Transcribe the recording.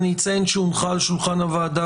אני אציין שהונחה על שולחן הוועדה,